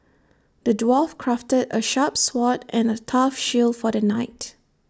the dwarf crafted A sharp sword and A tough shield for the knight